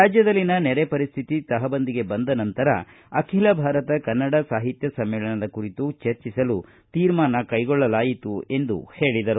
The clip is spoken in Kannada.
ರಾಜ್ಯದಲ್ಲಿನ ನೆರೆ ಪರಿಸ್ಟಿತಿಗೆ ತಹಬದಿಗೆ ಬಂದ ನಂತರ ಅಖಿಲ ಭಾರತ ಕನ್ನಡ ಸಾಹಿತ್ಯ ಸಮ್ಮೇಳನದ ಕುರಿತು ಚರ್ಚಿಸಲು ತೀರ್ಮಾನ ಕೈಗೊಳ್ಳಲಾಯಿತು ಎಂದು ಮನು ಬಳಿಗಾರ ಹೇಳಿದರು